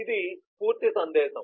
ఇది పూర్తి సందేశం